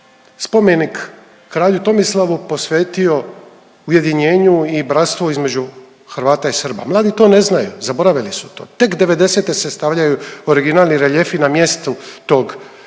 spomenik kralju Tomislavu posvetio ujedinjenju i bratstvu između Hrvata i Srba. Mladi to ne znaju, zaboravili su to, tek '90.-te se stavljaju originalni reljefi na mjestu tog